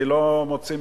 אני לא מוציא,